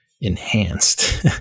enhanced